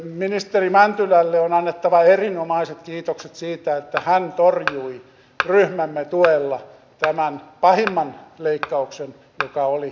ministeri mäntylälle on annettava erinomaiset kiitokset siitä että hän torjui ryhmämme tuella tämän pahimman leikkauksen joka oli pohjissa